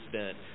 spent